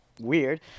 weird